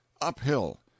uphill